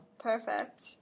Perfect